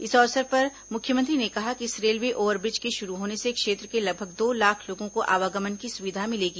इस अवसर मुख्यमंत्री ने कहा कि इस रेलवे ओवरब्रिज के शुरू होने से क्षेत्र के लगभग दो लाख लोगों को आवागमन की सुविधा मिलेगी